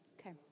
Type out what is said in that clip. Okay